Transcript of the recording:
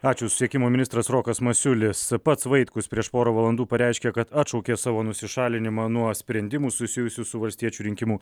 ačiū susisiekimo ministras rokas masiulis pats vaitkus prieš porą valandų pareiškė kad atšaukė savo nusišalinimą nuo sprendimų susijusių su valstiečių rinkimų